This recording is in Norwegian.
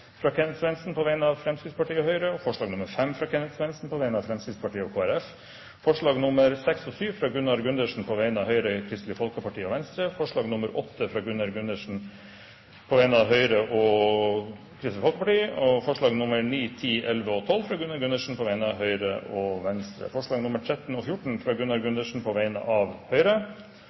fra Kenneth Svendsen på vegne av Fremskrittspartiet og Høyre forslag nr. 5, fra Kenneth Svendsen på vegne av Fremskrittspartiet og Kristelig Folkeparti forslagene nr. 6 og 7, fra Gunnar Gundersen på vegne av Høyre, Kristelig Folkeparti og Venstre forslag nr. 8, fra Gunnar Gundersen på vegne av Høyre og Kristelig Folkeparti forslagene nr. 9–12, fra Gunnar Gundersen på vegne av Høyre og Venstre forslagene nr. 13 og 14, fra Gunnar Gundersen på vegne av Høyre,